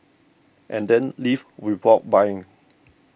and then leave without buying